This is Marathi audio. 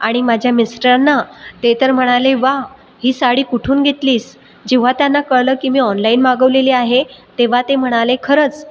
आणि माझ्या मिस्टरांना ते तर म्हणाले वाह ही साडी कुठून घेतलीस जेव्हा त्यांना कळलं की मी ऑनलाईन मागवलेली आहे तेव्हा ते म्हणाले खरचं